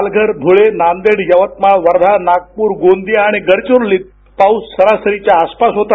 पालघर ध्रुळे नांदेड यवतमाळ वर्घा नागपूर गोंदिया आणि गडचिरोलीतला पाऊस सरासरीच्या आसपास होता